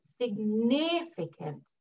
significant